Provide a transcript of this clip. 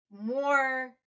more